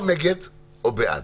או נגד או בעד.